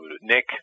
Nick